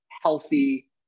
healthy